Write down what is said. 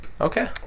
Okay